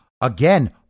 again